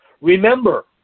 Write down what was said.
Remember